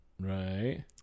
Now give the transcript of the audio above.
Right